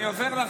אני עוזר לכם.